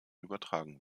übertragen